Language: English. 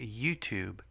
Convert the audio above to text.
youtube